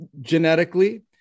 genetically